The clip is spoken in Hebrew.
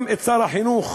גם את שר החינוך,